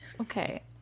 okay